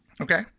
Okay